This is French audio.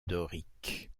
dorique